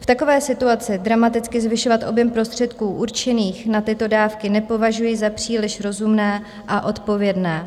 V takové situaci dramaticky zvyšovat objem prostředků určených na tyto dávky nepovažuji za příliš rozumné a odpovědné.